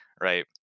right